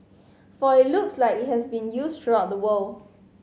for it looks like it has been used throughout the world